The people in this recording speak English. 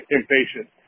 impatient